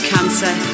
Cancer